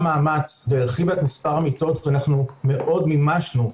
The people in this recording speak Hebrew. מאמץ והרחיבה את מספר המיטות ואנחנו מאוד מימשנו,